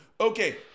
Okay